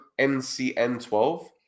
NCN12